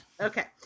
Okay